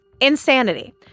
Insanity